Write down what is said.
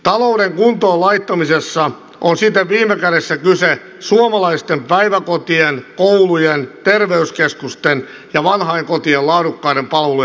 talouden kuntoon laittamisessa on siten viime kädessä kyse suomalaisten päiväkotien koulujen terveyskeskusten ja vanhainkotien laadukkaiden palvelujen takaamisesta